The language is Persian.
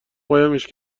قایمش